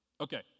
Okay